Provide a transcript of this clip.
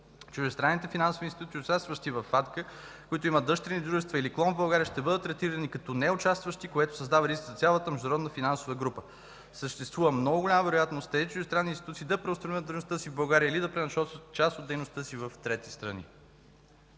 Чуждестранните финансови институции, участващи във FACTA, които имат дъщерни дружества или клон в България, ще бъдат третирани като неучастващи, което създава риск за цялата международна финансова група. Съществува много голяма вероятност тези чуждестранни институции да преустановят дейността си в България или да пренасочат част от дейността си в трети страни.